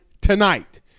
tonight